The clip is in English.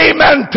Amen